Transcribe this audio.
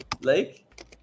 Lake